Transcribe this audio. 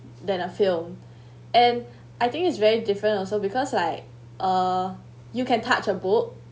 than a film and I think is very different also because like uh you can touch a book